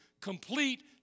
complete